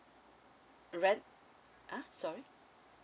rent ah sorry